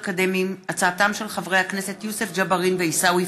בעקבות הצעתם של חברי הכנסת יוסף ג'בארין ועיסאווי